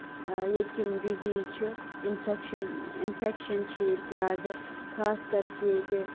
ییٚتہِ یِم ڈِزیٖز چھِ اِنفیٚکشن اِنفیٚکشن چھِ ییٚتہِ زیادٕ خاص کر چھِ ییٚتہِ